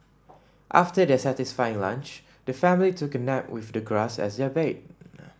after their satisfying lunch the family took a nap with the grass as their bed